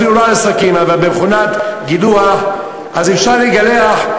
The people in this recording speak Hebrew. אפילו לא על הסכין אבל במכונת גילוח אפשר לגלח,